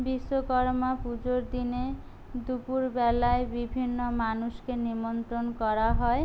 বিশ্বকর্মা পুজোর দিনে দুপুরবেলায় বিভিন্ন মানুষকে নিমন্ত্রণ করা হয়